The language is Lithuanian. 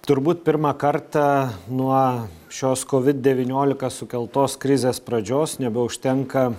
turbūt pirmą kartą nuo šios kovid devyniolika sukeltos krizės pradžios nebeužtenka